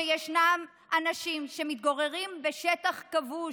שישנם אנשים שמתגוררים בשטח כבוש,